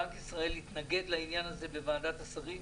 בנק ישראל התנגד לעניין הזה בוועדת השרים,